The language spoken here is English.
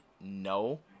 no